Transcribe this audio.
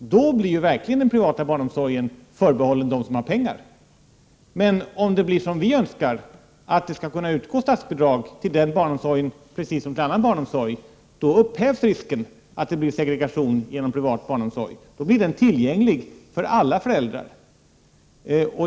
Då blir verkligen den privata barnomsorgen förbehållen den som har pengar. Men om det blir som vi önskar, att det skall kunna utgå statsbidrag till den barnomsorgen precis som till annan barnomsorg, då upphävs risken att det blir segregation genom privat barnomsorg. Då blir den tillgänglig för alla föräldrar.